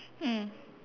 mm